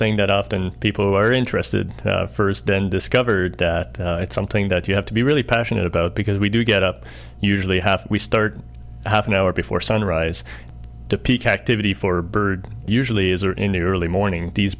thing that often people who are interested first then discovered that it's something that you have to be really passionate about because we do get up usually have we start half an hour before sunrise to peak activity for bird usually is or in the early morning these